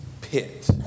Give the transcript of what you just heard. pit